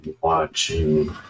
watching